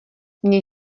měj